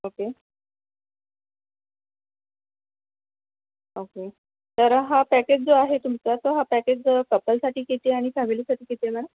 okay okay तर हा package जो आहे तुमचा तो हा पॅकेज जो कपलसाठी किती आणि फॅमिलीसाठी किती येणार